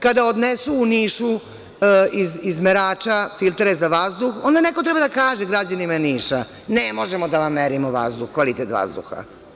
Kada odnesu u Nišu iz merača filtere za vazduh, onda neko treba da kažem građanima Niša – ne možemo da vam merimo kvalitet vazduha.